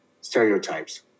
stereotypes